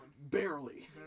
Barely